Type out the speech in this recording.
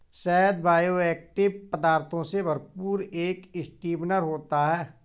शहद बायोएक्टिव पदार्थों से भरपूर एक स्वीटनर होता है